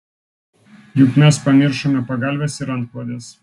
juk mes pamiršome pagalves ir antklodes